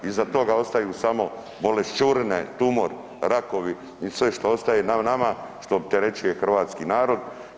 Iza toga ostaju samo boleščurine, tumori, rakovi i sve što ostaje nama što opterećuje hrvatski narod.